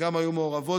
שגם היו מעורבות,